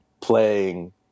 playing